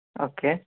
okay